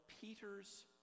Peter's